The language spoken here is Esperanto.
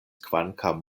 kvankam